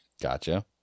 Gotcha